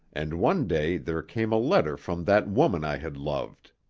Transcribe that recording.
and one day there came a letter from that woman i had loved.